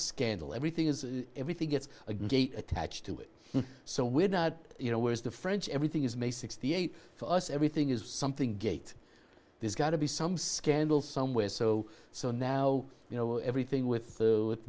scandal everything is everything gets a gate attached to it so we're not you know where is the french everything is made sixty eight for us everything is something gate there's got to be some scandal somewhere so so now you know everything with